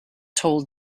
told